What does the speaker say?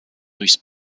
durchs